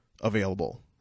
available